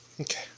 Okay